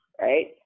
right